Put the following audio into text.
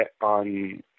on